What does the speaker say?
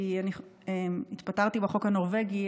כי אני התפטרתי בחוק הנורבגי,